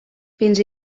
fins